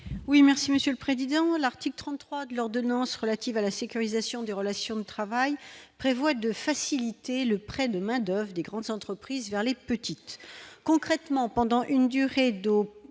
Oui, merci Monsieur le Président, l'article 33 de l'ordonnance relative à la sécurisation des relations de travail prévoit de faciliter le prêt de main-d'Oeuvres des grandes entreprises, vers les petites concrètement pendant une durée d'au